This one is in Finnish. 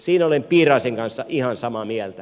siinä olen piiraisen kanssa ihan samaa mieltä